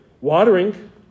watering